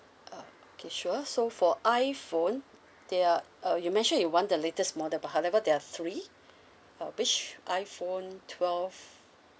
ah okay sure so for iphone there are uh you mentioned you want the latest model but however there are three uh which iphone twelve